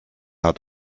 hat